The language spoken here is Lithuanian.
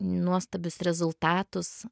nuostabius rezultatus